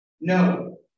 No